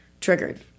triggered